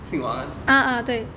姓王啊